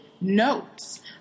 notes